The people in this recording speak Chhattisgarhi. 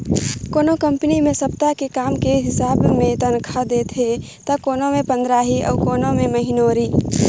कोनो कंपनी मे सप्ता के काम के हिसाब मे तनखा देथे त कोनो मे पंदराही अउ कोनो मे महिनोरी